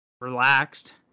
relaxed